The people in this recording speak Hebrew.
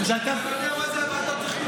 אני יודע מה זה ועדת תכנון ובנייה.